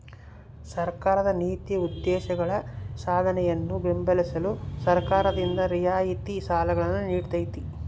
ಸರ್ಕಾರದ ನೀತಿ ಉದ್ದೇಶಗಳ ಸಾಧನೆಯನ್ನು ಬೆಂಬಲಿಸಲು ಸರ್ಕಾರದಿಂದ ರಿಯಾಯಿತಿ ಸಾಲಗಳನ್ನು ನೀಡ್ತೈತಿ